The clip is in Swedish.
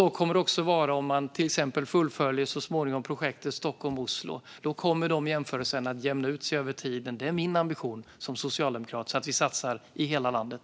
Så kommer det också vara om man så småningom fullföljer projektet Stockholm-Oslo. Det kommer alltså att jämna ut sig över tid, vilket är min ambition som socialdemokrat. Vi ska satsa i hela landet.